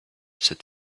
said